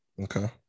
okay